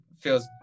feels